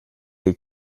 est